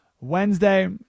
Wednesday